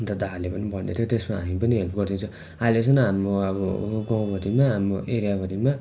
अन्त दादाहरूले पनि भन्दै थियो त्यसमा हामी पनि हेल्प गरिदिन्छौँ अहिलेसम्म हाम्रो अब गाउँभरीमा हाम्रो एरियाभरीमा